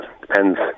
Depends